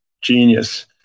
genius